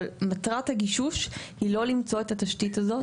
אבל מטרת הגישוש היא לא למצוא את התשתית הזאת.